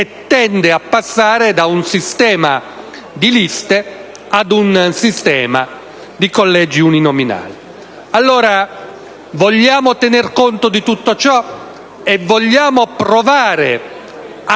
tende a passare da un sistema di liste ad un sistema di collegi uninominali. Allora, vogliamo tener conto di tutto ciò è vogliamo provare a